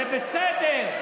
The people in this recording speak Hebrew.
זה בסדר.